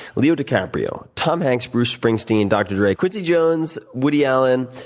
leo dicaprio, tom hanks, bruce springsteen, dr. drew, quincy jones, woody allen,